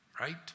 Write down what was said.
right